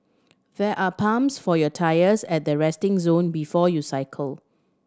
there are pumps for your tyres at the resting zone before you cycle